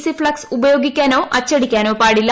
C flex ഉപയോഗിക്കാനോ അച്ചടിക്കാനോ പാടില്ല